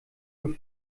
nur